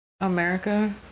America